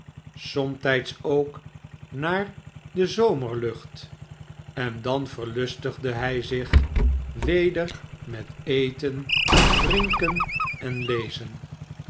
somtijds ook naar de zomerlucht en dan verlustigde hij zich weder met eten drinken en lezen